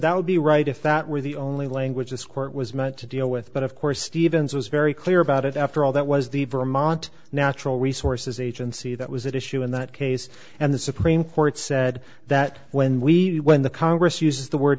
that would be right if that were the only language this court was meant to deal with but of course stevens was very clear about it after all that was the vermont natural resources agency that was at issue in that case and the supreme court said that when we when the congress uses the word